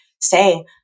say